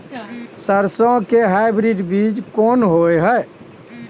सरसो के हाइब्रिड बीज कोन होय है?